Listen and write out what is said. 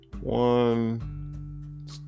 One